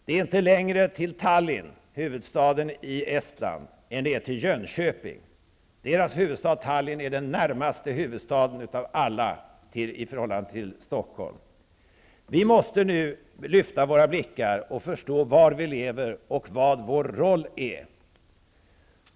Det är inte längre till Tallinn, huvudstaden i Estland, än till Jönköping. Estlands huvudstad Tallinn är den huvudstad som är närmast Stockholm av alla huvudstäder. Vi måste nu lyfta våra blickar och förstå var vi lever och vilken vår roll är.